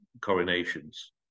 coronations